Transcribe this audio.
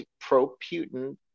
pro-Putin